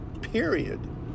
Period